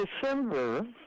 December